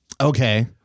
okay